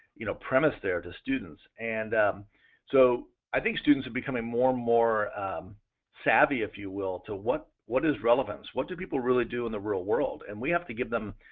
you know promise there to students. and um so i think students are becoming more and more savvier if you will to what what is relevant, what do people really do in the real world and we have to give them,